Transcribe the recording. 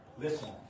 listen